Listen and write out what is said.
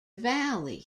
valley